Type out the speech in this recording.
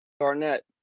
Garnett